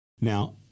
Now